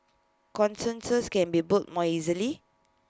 consensus can be built more easily